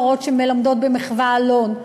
מורות שמלמדות במחו"ה-אלון,